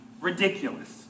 Ridiculous